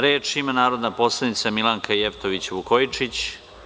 Reč ima narodna poslanica Milanka Jevtović Vukojičić.